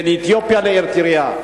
בין אתיופיה לאריתריאה.